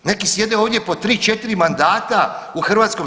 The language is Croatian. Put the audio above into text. Neki sjede ovdje po 3-4 mandata u HS.